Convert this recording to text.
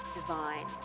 divine